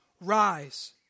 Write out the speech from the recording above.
rise